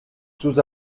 sus